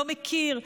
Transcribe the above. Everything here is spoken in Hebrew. לא מכיר,